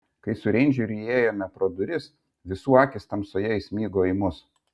kai su reindžeriu įėjome pro duris visų akys tamsoje įsmigo į mus